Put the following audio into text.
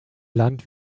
land